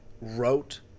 wrote